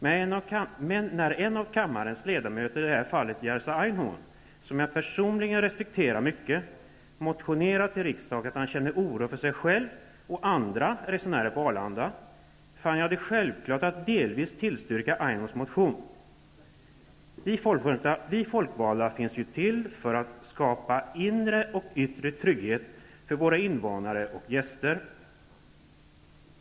Men när en av kammarens ledamöter, i det här fallet Jerzy Einhorn, som jag personligen respekterar mycket, motionerar till riksdagen om att han känner en oro för sig själv och andra resenärer på Arlanda, fann jag det självklart att delvis tillstyrka Einhorns motion. Vi folkvalda finns ju till för att skapa inre och yttre trygghet för våra invånare och gäster.